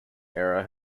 era